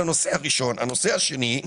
הנושא השני,